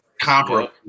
comparable